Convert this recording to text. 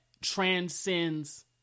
transcends